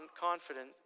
confident